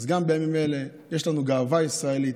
אז גם בימים אלה יש לנו גאווה ישראלית.